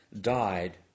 died